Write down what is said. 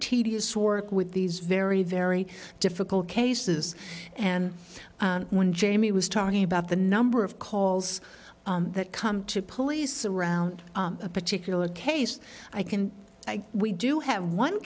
tedious work with these very very difficult cases and when jamie was talking about the number of calls that come to police around a particular case i can i we do have one